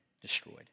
destroyed